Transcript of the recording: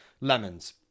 lemons